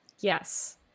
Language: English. Yes